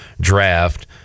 draft